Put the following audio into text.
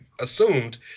assumed